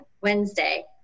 Wednesday